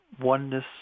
oneness